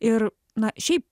ir na šiaip